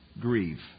grieve